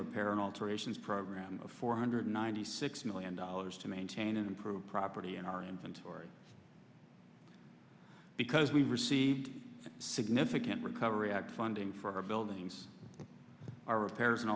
repair and alterations program of four hundred ninety six million dollars to maintain and improve pretty in our inventory because we receive significant recovery act funding for our buildings are repairs and